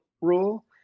rule